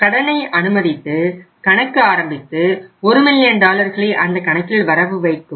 கடனை அனுமதித்து கணக்கு ஆரம்பித்து ஒரு மில்லியன் டாலர்களை அந்த கணக்கில் வரவுவைக்கும்